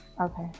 Okay